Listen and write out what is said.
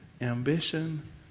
ambition